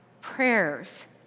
prayers